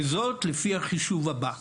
וזאת לפי החישוב הבא: